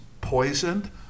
poisoned